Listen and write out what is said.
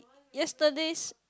yesterday's